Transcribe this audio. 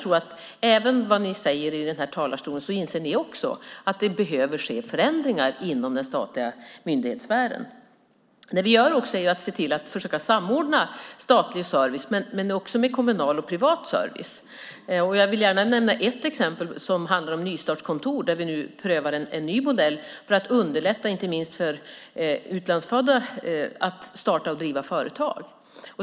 Oavsett vad ni säger i den här talarstolen inser ni också att det behöver ske förändringar inom den statliga myndighetssfären. Det som vi också gör är att se till att försöka samordna statlig service med kommunal och privat service. Jag vill gärna nämna ett exempel som handlar om nystartskontor där vi nu prövar en ny modell för att underlätta inte minst för utlandsfödda att starta och driva företag.